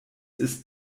ist